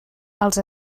els